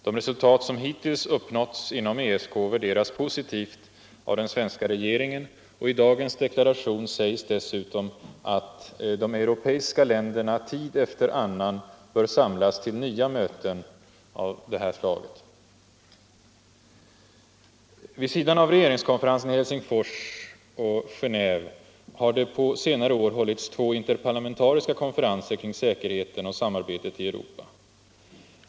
De resultat som hittills uppnåtts inom ESK värderas positivt av den svenska regeringen, och i dagens deklaration sägs dessutom att ”de europeiska länderna tid efter annan bör samlas till nya möten” av detta slag. Vid sidan av regeringskonferensen i Helsingfors och Geneve har det på senare år hållits två interparlamentariska konferenser kring säkerheten och samarbetet i Europa.